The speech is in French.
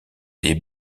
des